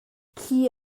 thli